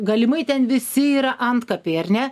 galimai ten visi yra antkapiai ar ne